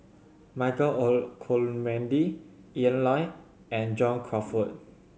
Michael Olcomendy Ian Loy and John Crawfurd